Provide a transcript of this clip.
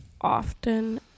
often